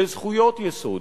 לזכויות יסוד,